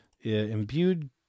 imbued